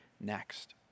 next